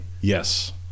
Yes